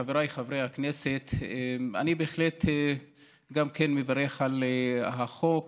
חבריי חברי הכנסת, אני בהחלט גם כן מברך על החוק.